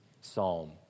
psalm